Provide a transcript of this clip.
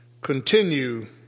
continue